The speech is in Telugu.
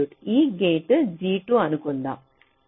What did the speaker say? ఈ గేటు G2 అనుకుందాం